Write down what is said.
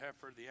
heifer